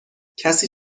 کسی